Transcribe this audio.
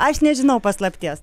aš nežinau paslapties